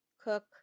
cook